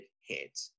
hit